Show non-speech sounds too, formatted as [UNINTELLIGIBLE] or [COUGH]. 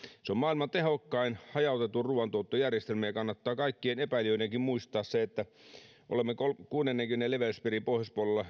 se on maailman tehokkain hajautettu ruuantuottojärjestelmä kannattaa kaikkien epäilijöidenkin muistaa se että kaikki suomalaiset maatilat ovat kuudennenkymmenennen leveyspiirin pohjoispuolella [UNINTELLIGIBLE]